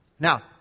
Now